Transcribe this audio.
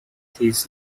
this